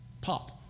Pop